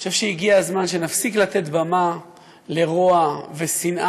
אני חושב שהגיע הזמן שנפסיק לתת במה לרוע ושנאה,